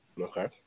Okay